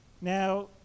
Now